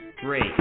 Great